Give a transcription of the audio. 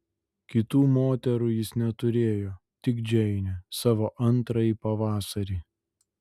kitų moterų jis neturėjo tik džeinę savo antrąjį pavasarį